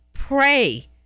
pray